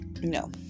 No